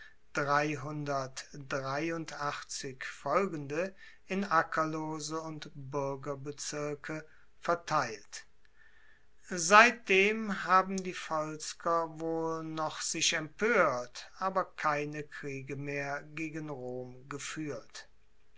in ackerlose und buergerbezirke verteilt seitdem haben die volsker wohl noch sich empoert aber keine kriege mehr gegen rom gefuehrt